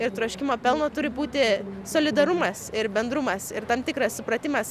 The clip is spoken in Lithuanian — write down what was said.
ir troškimo pelno turi būti solidarumas ir bendrumas ir tam tikras supratimas